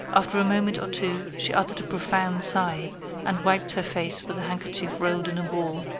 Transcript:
after a moment or two she uttered a profound sigh and wiped her face with the handkerchief rolled in a ball.